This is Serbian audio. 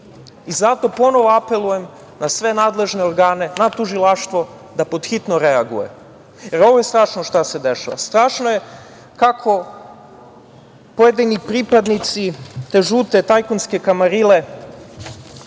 ponovo apelujem na sve nadležne organe, na tužilaštvo, da pod hitno reaguje. Jer ovo je strašno šta se dešava. Strašno je kako se pojedini pripadnici te žute tajkunske kamarile